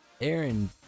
Aaron